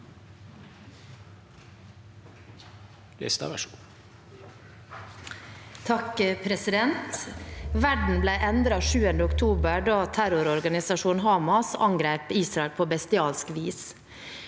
Verden ble endret 7. oktober, da terrororganisasjonen Hamas angrep Israel på bestialsk vis.